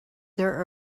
there